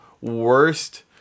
worst